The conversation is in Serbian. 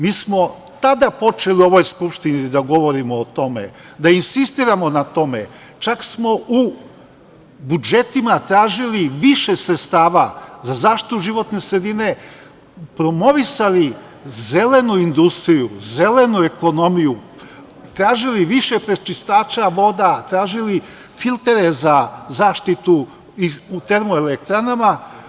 Mi smo tada počeli u ovoj Skupštini da govorimo o tome, da insistiramo na tome, čak smo u budžetima tražili više sredstava za zaštitu životne sredine, promovisali zelenu industriju, zelenu ekonomiju, tražili više prečistača voda, tražili filtere za zaštitu u termo-elektranama.